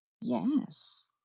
yes